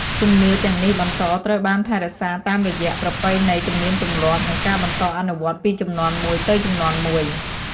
ជំនឿទាំងនេះបន្តត្រូវបានថែរក្សាតាមរយៈប្រពៃណីទំនៀមទម្លាប់ និងការបន្តអនុវត្តន៍ពីជំនាន់មួយទៅជំនាន់មួយ។